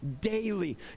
daily